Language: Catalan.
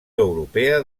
europea